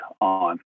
on